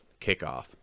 kickoff